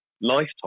lifetime